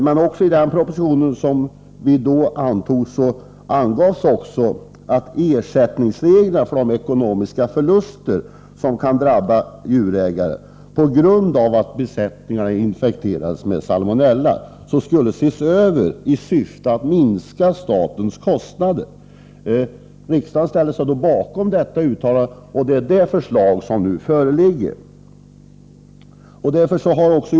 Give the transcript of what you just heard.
Men i den proposition som låg till grund för beslutet angavs också att reglerna för ersättning av de ekonomiska förluster som kan drabba djurägare på grund av att besättningarna infekterats av salmonella skulle ses över i syfte att minska statens kostnader. Riksdagen ställde sig då bakom detta uttalande, och det är detta som ligger till grund för det nu aktuella förslaget.